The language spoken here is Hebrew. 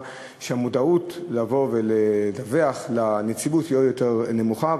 שהמודעות לבוא ולדווח לנציבות היא עוד יותר נמוכה,